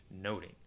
noting